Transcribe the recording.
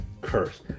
curse